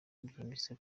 byimbitse